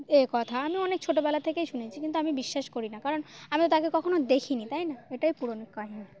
এ কথা আমি অনেক ছোটোবেলা থেকেই শুনেছি কিন্তু আমি বিশ্বাস করি না কারণ আমি তো তাকে কখনও দেখিনি তাই না এটাই পুরনো কাহিনী